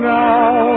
now